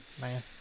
Man